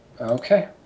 Okay